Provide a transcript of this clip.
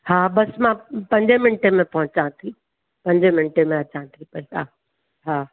हा बसि मां पंजे मिंटे में पहुंचा थी पंजे मिंटे में अचां थी बसि हा हा